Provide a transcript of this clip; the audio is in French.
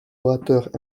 orateurs